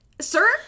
Sir